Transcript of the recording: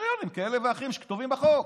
קריטריונים כאלה ואחרים שכתובים בחוק.